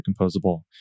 composable